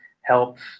helps